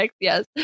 yes